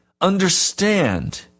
understand